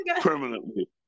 permanently